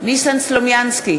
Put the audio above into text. ניסן סלומינסקי,